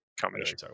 combination